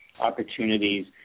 opportunities